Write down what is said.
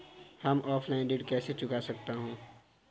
मैं ऑफलाइन ऋण कैसे चुका सकता हूँ?